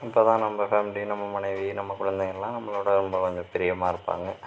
அப்போதான் நம்ம ஃபேமிலி நம்ம மனைவி நம்ம குழந்தைங்கெல்லாம் நம்மளோட கொஞ்சம் பிரியமாக இருப்பாங்க